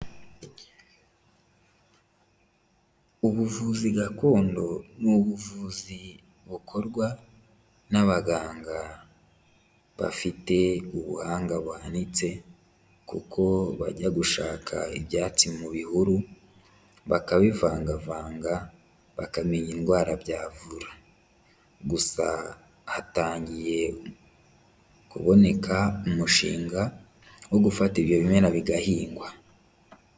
Ubuvuzi gakondo ni ubuvuzi bukorwa n'abaganga bafite ubuhanga buhanitse kuko bajya gushaka ibyatsi mu bihuru bakabivangavanga bakamenya indwara byavura, gusa hatangiye kuboneka umushinga wo gufata ibyo bimera bigahingwa.